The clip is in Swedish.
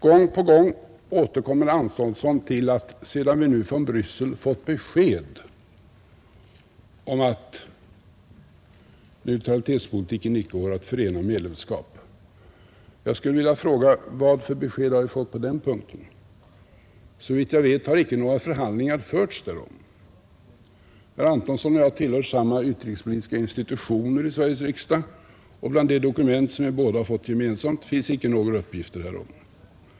Gång på gång återkommer herr Antonsson till att vi nu från Bryssel fått besked om att neutralitetspolitiken icke går att förena med medlemskap i EEC. Nu vill jag fråga: Vilka besked har vi fått på den punkten? Såvitt jag vet har inga förhandlingar förts därom. Herr Antonsson och jag tillhör samma utrikespolitiska institutioner i Sveriges riksdag, och bland de dokument vi båda har fått gemensamt finns inga uppgifter därom.